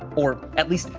or at least,